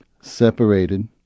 separated